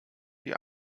die